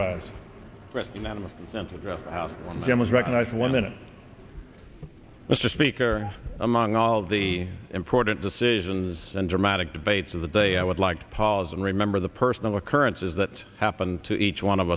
must recognize one minute mr speaker among all the important decisions and dramatic debates of the day i would like to pause and remember the personal occurrences that happened to each one of